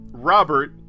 Robert